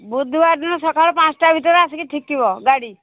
ବୁଧୁବାର ଦିନ ସକାଳ ପାଞ୍ଚଟା ଭିତରେ ଆସିକି ଠିକିବ ଗାଡ଼ି